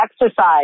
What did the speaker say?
exercise